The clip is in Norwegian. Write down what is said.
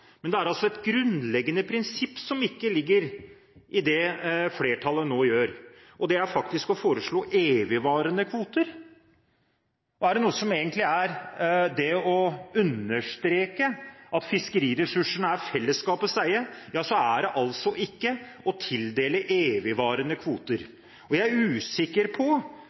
Men det er et grunnleggende prinsipp som ikke ligger i det flertallet nå gjør, og det er å foreslå evigvarende kvoter. Er det noe som er å understreke at fiskeriressursene er fellesskapets eie, så er det altså ikke å tildele evigvarende kvoter. Gjennom den innstillingen som foreligger, er jeg usikker på